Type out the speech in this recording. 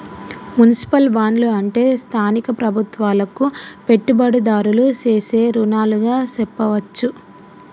municipal బాండ్లు అంటే స్థానిక ప్రభుత్వాలకు పెట్టుబడిదారులు సేసే రుణాలుగా సెప్పవచ్చు